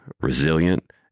resilient